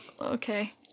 Okay